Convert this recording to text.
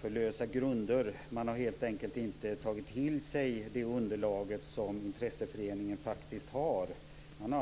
för lösa grunder. Man har helt enkelt inte tagit till sig det underlag som intresseföreningen faktiskt har lagt fram.